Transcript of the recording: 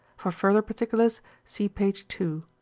for further particulars see page two.